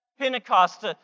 Pentecost